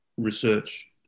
research